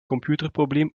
computerprobleem